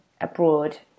abroad